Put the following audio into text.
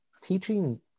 teaching